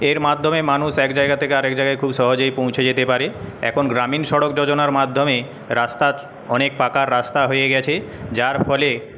এর মাধ্যমে মানুষ এক জায়গা থেকে আরেক জায়গায় খুব সহজেই পৌঁছে যেতে পারে এখন গ্রামীণ সড়কযোজনার মাধ্যমে রাস্তা অনেক পাকা রাস্তা হয়ে গেছে যার ফলে